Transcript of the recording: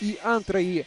į antrąjį